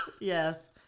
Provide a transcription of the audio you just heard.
yes